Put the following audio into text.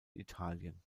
italien